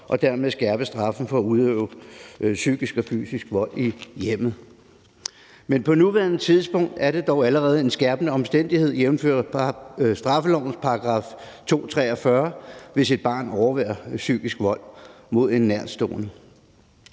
og dermed en skærpelse af straffen for at udøve psykisk og fysisk vold i hjemmet. Men på nuværende tidspunkt er det allerede en skærpende omstændighed, jævnfør straffelovens § 243, hvis et barn overværer psykisk vold mod en nærtstående.